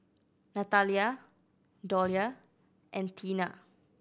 Natalya Dollye and Teena